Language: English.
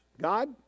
God